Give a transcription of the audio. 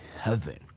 heaven